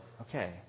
okay